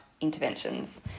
interventions